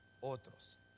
otros